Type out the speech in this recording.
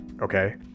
okay